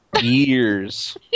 years